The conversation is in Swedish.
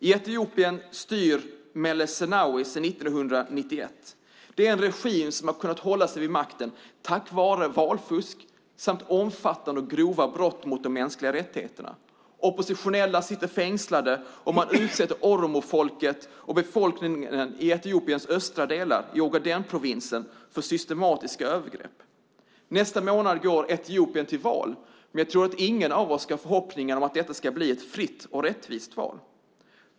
I Etiopien styr Meles Zenawi sen 1991. Det är en regim som hållit sig kvar vid makten tack vare valfusk samt omfattande och grova brott mot de mänskliga rättigheterna. Oppositionella sitter fängslade, och man utsätter oromofolket och befolkningen i landets östra delar, i Ogadenprovinsen, för systematiska övergrepp. Nästa månad går Etiopien till val, men ingen av oss ska ha förhoppningar om att det blir ett fritt och rättvist val.